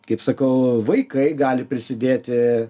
kaip sakau vaikai gali prisidėti